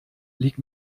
liegt